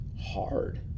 hard